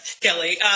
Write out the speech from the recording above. Kelly